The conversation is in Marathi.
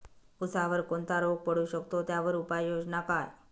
ऊसावर कोणता रोग पडू शकतो, त्यावर उपाययोजना काय?